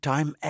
Time